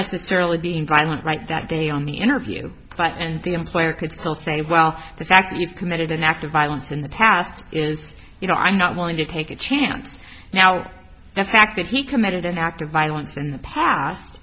necessarily being violent like that day on the interview but and the employer could still say well the fact that you've committed an act of violence in the past is you know i'm not willing to take a chance now the fact that he committed an act of violence in the past